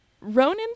Ronan